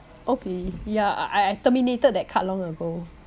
okay yeah I I terminated that card long ago